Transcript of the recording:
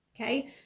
Okay